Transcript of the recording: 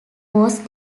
was